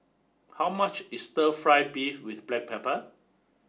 how much is stir fried beef with black pepper